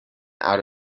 out